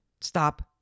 Stop